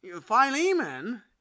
Philemon